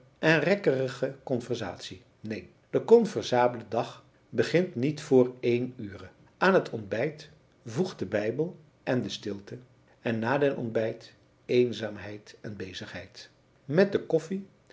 en rekkerige conversatie neen de conversable dag begint niet voor één ure aan het ontbijt voegt de bijbel en de stilte en na den ontbijt eenzaamheid en bezigheid met de koffie